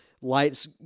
lights